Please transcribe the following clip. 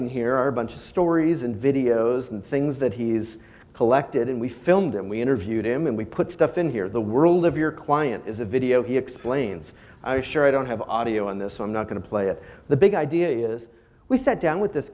in here are a bunch of stories and videos and things that he's collected and we filmed and we interviewed him and we put stuff in here the world of your client is a video he explains i was sure i don't have audio on this so i'm not going to play it the big idea is we sat down with this